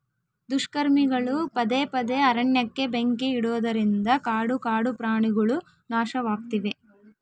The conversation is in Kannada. ದುಷ್ಕರ್ಮಿಗಳು ಪದೇ ಪದೇ ಅರಣ್ಯಕ್ಕೆ ಬೆಂಕಿ ಇಡುವುದರಿಂದ ಕಾಡು ಕಾಡುಪ್ರಾಣಿಗುಳು ನಾಶವಾಗ್ತಿವೆ